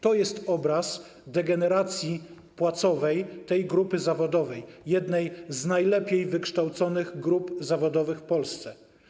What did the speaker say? To jest obraz degeneracji płacowej tej grupy zawodowej, jednej z najlepiej wykształconych grup zawodowych w Polsce.